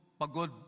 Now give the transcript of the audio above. pagod